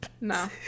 no